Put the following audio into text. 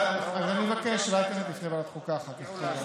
אני אבקש ועדת כנסת לפני ועדת חוקה אחר כך.